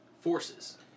Forces